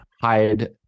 hide